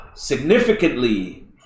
significantly